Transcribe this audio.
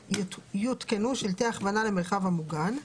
יותקנו שלטי הכוונה למרחב המוגן.